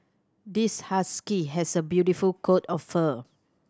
this husky has a beautiful coat of fur